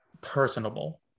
personable